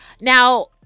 Now